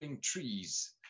trees